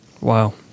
Wow